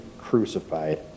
crucified